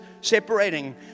separating